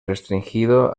restringido